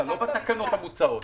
לא בתקנות המוצעות.